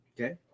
okay